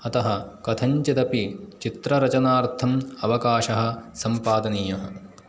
अतः कथञ्चिदपि चित्ररचनार्थम् अवकाशः सम्पादनीयः